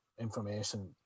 information